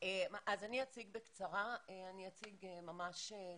אני אציג בקצרה, ממש סיכומים.